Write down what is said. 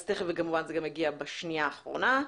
וכמובן זה גם יגיע בשנייה האחרונה,